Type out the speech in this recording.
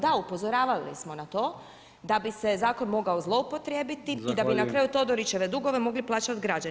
Da, upozoravali smo na to da bi se Zakon mogao zloupotrijebiti i da bi na kraju todorićeve dugove mogli plaćati građani.